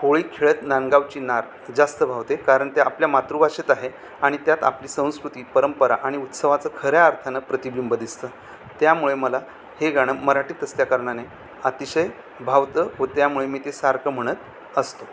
होळी खेळत नांदगावची नार जास्त भावते कारण ते आपल्या मातृभाषेत आहे आणि त्यात आपली संस्कृती परंपरा आणि उत्सवाचं खऱ्या अर्थना प्रतिबिंब दिसतं त्यामुळे मला हे गाणं मराठीत असल्या कारणाने अतिशय भावतं व त्यामुळे मी ते सारखं म्हणत असतो